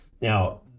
Now